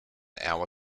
hour